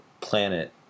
planet